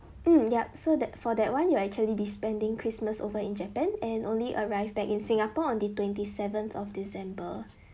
mm yup so that for that one you actually be spending christmas over in japan and only arrived back in singapore on the twenty seventh of december